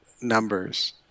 numbers